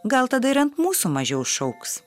gal tada ir ant mūsų mažiau šauks